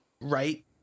right